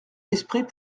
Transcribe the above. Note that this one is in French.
l’esprit